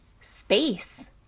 space